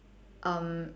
um